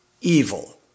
evil